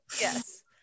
yes